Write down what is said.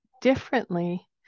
differently